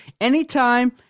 Anytime